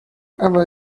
ever